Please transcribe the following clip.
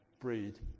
breed